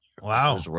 Wow